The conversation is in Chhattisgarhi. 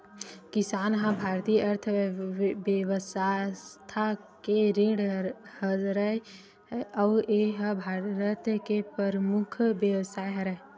किसानी ह भारतीय अर्थबेवस्था के रीढ़ हरय अउ ए ह भारत के परमुख बेवसाय हरय